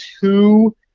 two